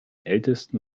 ältesten